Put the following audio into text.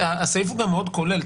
הסעיף הוא גם מאוד כולל,